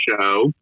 Show